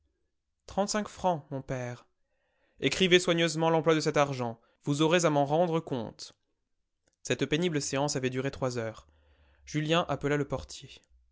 trente-cinq francs mon père écrivez soigneusement l'emploi de cet argent vous aurez à m'en rendre compte cette pénible séance avait duré trois heures julien appela le portier